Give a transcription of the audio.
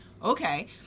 Okay